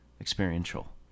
experiential